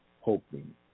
hoping